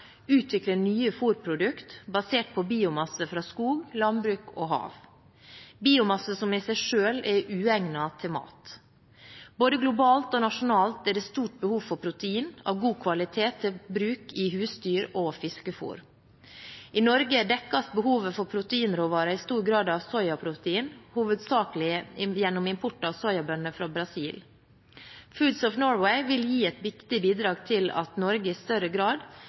nye fôrprodukter basert på biomasse fra skog, landbruk og hav – biomasse som i seg selv er uegnet til mat. Både globalt og nasjonalt er det et stort behov for protein av god kvalitet til bruk i husdyr- og fiskefôr. I Norge dekkes behovet for proteinråvarer i stor grad av soyaprotein, hovedsakelig gjennom import av soyabønner fra Brasil. Foods of Norway vil gi et viktig bidrag til at Norge i større grad